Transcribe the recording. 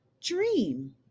dream